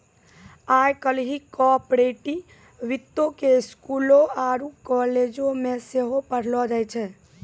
आइ काल्हि कार्पोरेट वित्तो के स्कूलो आरु कालेजो मे सेहो पढ़ैलो जाय छै